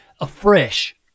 afresh